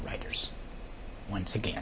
writers once again